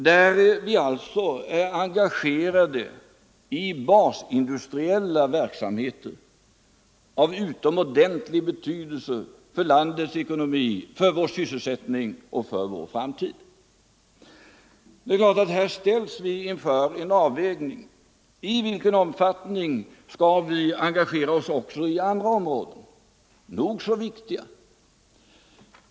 Vi är alltså engagerade i basindustriella verksamheter av utomordentlig betydelse för landets ekonomi, för vår sysselsättning och för vår framtid. Vi ställs självfallet inför en avvägning av i vilken omfattning vi skall engagera oss också i andra, nog så viktiga områden.